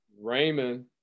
Raymond